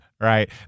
Right